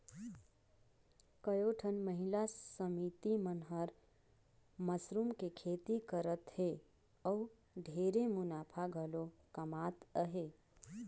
कयोठन महिला समिति मन हर मसरूम के खेती करत हें अउ ढेरे मुनाफा घलो कमात अहे